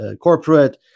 corporate